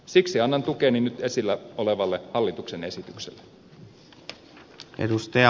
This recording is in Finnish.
siksi annan tukeni nyt esillä olevalle hallituksen esitykselle